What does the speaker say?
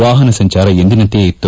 ವಾಹನ ಸಂಚಾರ ಎಂದಿನಂತೆಯೇ ಇತ್ತು